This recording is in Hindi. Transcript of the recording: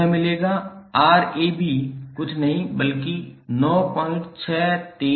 तुम्हें मिलेगा Rab कुछ नहीं बल्कि 9632 ओम है